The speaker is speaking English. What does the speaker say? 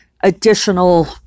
additional